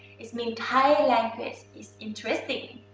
it's mean thai language is interesting.